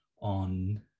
on